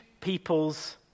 peoples